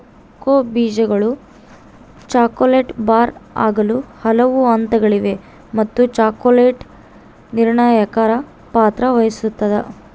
cocoa ಬೀಜಗಳು chocolate bar ಆಗಲು ಹಲವು ಹಂತಗಳಿವೆ ಮತ್ತು ಚಾಕೊಲೇಟರ್ ನಿರ್ಣಾಯಕ ಪಾತ್ರ ವಹಿಸುತ್ತದ